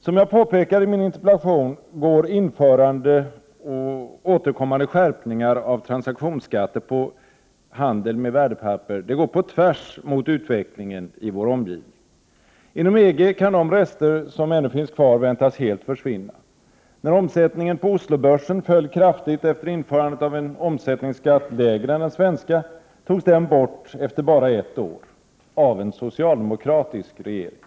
Som jag påpekar i min interpellation går införande och återkommande skärpningar av transaktionsskatter på handeln med värdepapper på tvärs mot utvecklingen i vår omgivning. Inom EG kan de rester som ännu finns kvar väntas helt försvinna. När omsättningen på Oslobörsen föll kraftigt efter införandet av en omsättningsskatt lägre än den svenska, togs denna bort efter bara ett år — av en socialdemokratisk regering.